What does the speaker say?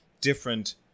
different